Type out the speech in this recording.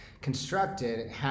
constructed